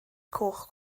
cwch